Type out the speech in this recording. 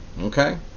Okay